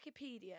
Wikipedia